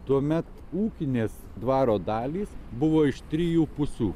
tuomet ūkinės dvaro dalys buvo iš trijų pusių